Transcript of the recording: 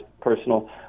personal